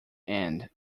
end